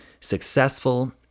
successful